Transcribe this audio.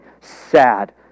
sad